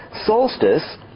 solstice